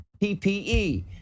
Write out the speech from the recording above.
PPE